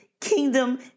kingdom